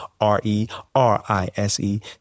R-E-R-I-S-E